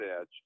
edge